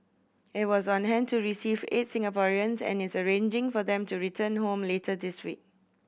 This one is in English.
it was on hand to receive eight Singaporeans and is arranging for them to return home later this week